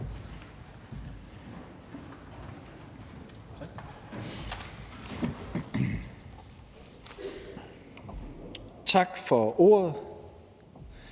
Tak for ordet.